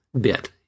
bit